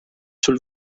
sul